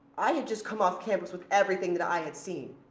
i had just come off campus with everything that i had seen.